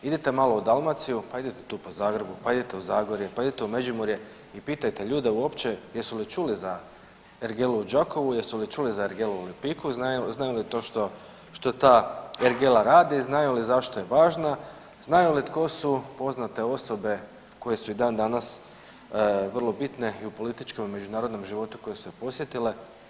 Idite malo u Dalmaciju, pa idite tu po Zagrebu, pa idete u Zagorje, pa idete u Međimurje i pitajte ljude uopće jesu li čuli za ergelu u Đakovu, jesu li čuli za ergelu u Lipiku, znaju li to što, što ta ergela radi i znaju li zašto je važna, znaju li tko su poznate osobe koje su i dan danas vrlo bitne i u političkom i međunarodnom životu koje su je posjetile.